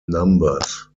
numbers